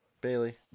bailey